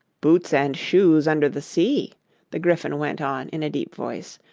boots and shoes under the sea the gryphon went on in a deep voice,